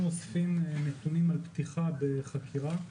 אנחנו אוספים נתונים על פתיחה בחקירה,